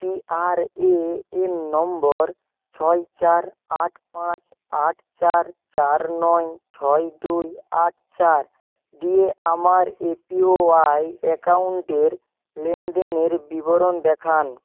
P R A N নম্বর ছয় চার আট পাঁচ আট চার চার নয় ছয় দুই আট চার দিয়ে আমার এপিওওয়াই অ্যাকাউন্টের লেনদেনের বিবরণ দেখান